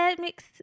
mix